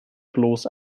bloß